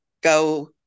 go